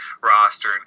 roster